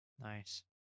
Nice